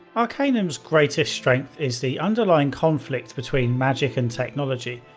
arcanum's greatest strength is the underlying conflict between magick and technology,